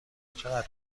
چقدر